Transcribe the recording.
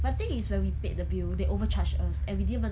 but the thing is when we paid the bill they overcharge us and we didn't even